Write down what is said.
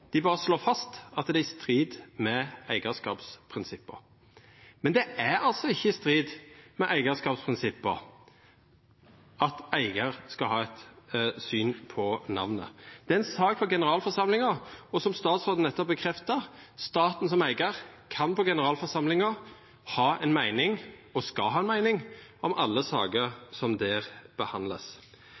dei berre slår fast at det er i strid med eigarskapsprinsippa. Men det er altså ikkje i strid med eigarskapsprinsippa at eigar skal ha eit syn på namnet. Det er ei sak for generalforsamlinga, og som statsråden nettopp bekrefta – staten som eigar kan på generalforsamlinga ha ei meining, og skal ha ei meining, om alle saker som vert behandla der.